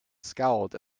scowled